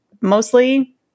mostly